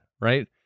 Right